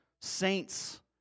saints